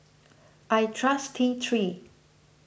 I trust T three